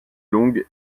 longue